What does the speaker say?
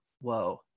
whoa